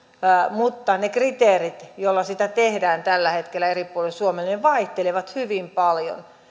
mutta ne kriteerit joilla sitä tehdään tällä hetkellä eri puolilla suomea vaihtelevat hyvin paljon